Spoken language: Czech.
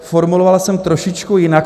Formuloval jsem to trošičku jinak.